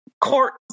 court